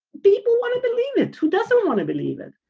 people want to believe it, too. doesn't want to believe it